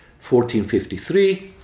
1453